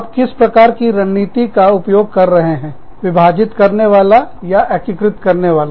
आप किस प्रकार की रणनीति का उपयोग कर रहे हैं विभाजित करने वाला या एकीकृत करने वाला